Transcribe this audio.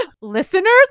Listeners